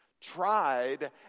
tried